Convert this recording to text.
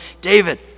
David